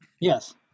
Yes